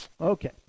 Okay